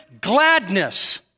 gladness